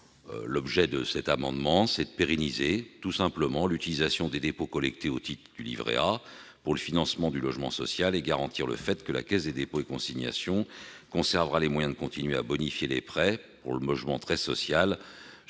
l'habitation. Cet amendement vise tout simplement à pérenniser l'utilisation des dépôts collectés au titre du livret A pour le financement du logement social et garantir le fait que la Caisse des dépôts et consignations conservera les moyens de continuer à bonifier les prêts pour le logement très social-